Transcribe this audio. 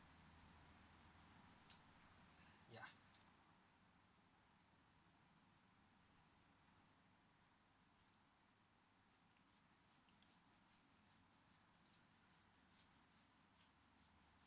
ya